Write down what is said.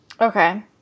Okay